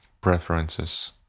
preferences